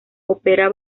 opera